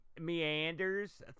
meanders